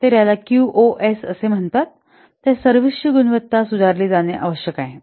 तर याला Q O S असे म्हणतात तर सर्व्हिसची गुणवत्ता सुधारली जाणे आवश्यक आहे